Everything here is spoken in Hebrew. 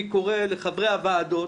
אני קורא לחברי הוועדות,